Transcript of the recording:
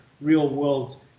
real-world